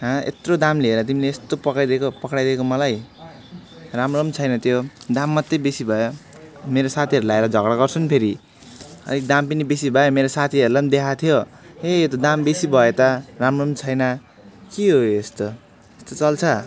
हँ यत्रो दाम लिएर तिमीले यस्तो पक्राइदिएको पक्राइदिएको मलाई राम्रो पनि छैन त्यो दाम मात्रै बेसी भयो मेरो साथीहरू ल्याएर झगडा गर्छु नि फेरि अलिक दाम पनि बेसी भयो मेरो साथीहरूलाई पनि देखाएको थियो ए यो त दाम बेसी भयो त राम्रो पनि छैन के हो यस्तो यस्तो चल्छ